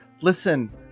Listen